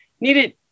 needed